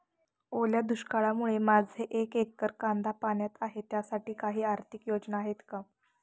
ओल्या दुष्काळामुळे माझे एक एकर कांदा पाण्यात आहे त्यासाठी काही आर्थिक योजना आहेत का?